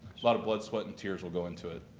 a lot of blood, sweat and tears will go into it.